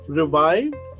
revived